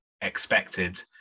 expected